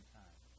time